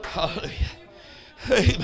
Hallelujah